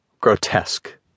grotesque